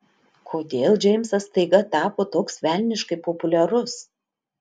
kodėl džeimsas staiga tapo toks velniškai populiarus